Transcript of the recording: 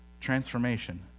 Transformation